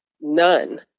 None